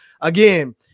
again